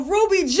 Ruby